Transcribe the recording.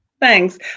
Thanks